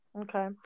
Okay